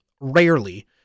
rarely